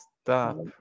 stop